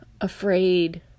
afraid